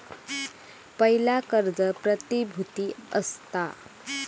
पयला कर्ज प्रतिभुती असता